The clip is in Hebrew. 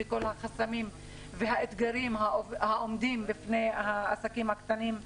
החסמים והאתגרים העומדים בפני העסקים הקטנים;